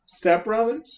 stepbrothers